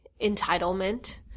entitlement